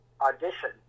audition